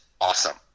awesome